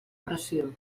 pressió